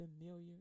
familiar